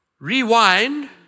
Rewind